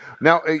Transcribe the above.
Now